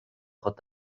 trop